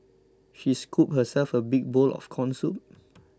she scooped herself a big bowl of Corn Soup